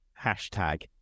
hashtag